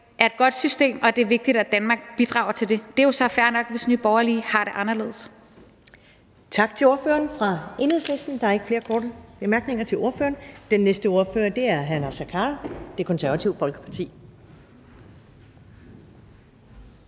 er et godt system, og at det er vigtigt, at Danmark bidrager til det. Det er jo så fair nok, hvis Nye Borgerlige har det anderledes.